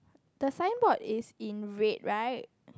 the signboard is in red right